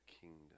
kingdom